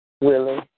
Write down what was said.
Willie